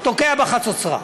תוקע בחצוצרה.